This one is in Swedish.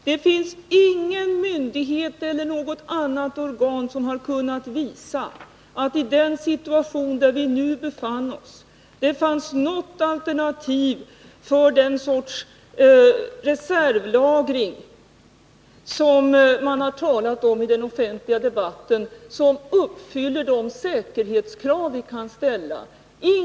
Det finns ingen myndighet eller något annat organ som har kunnat visa att det, i den situation där vi befann oss, fanns något alternativ för den sortens reservlagring som man har talat om i den offentliga debatten och som uppfyller de säkerhetskrav vi måste ställa.